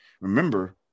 Remember